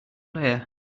player